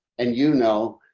and you know,